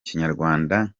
kinyarwanda